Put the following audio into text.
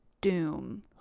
doom